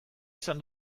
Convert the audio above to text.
izan